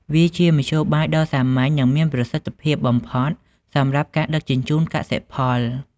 វាជាមធ្យោបាយដ៏សាមញ្ញ និងមានប្រសិទ្ធភាពបំផុតសម្រាប់ការដឹកជញ្ជូនកសិផល។